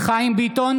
חיים ביטון,